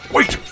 Wait